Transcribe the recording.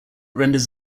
renders